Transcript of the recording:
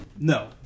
No